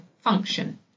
function